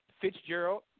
Fitzgerald